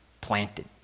planted